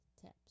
tips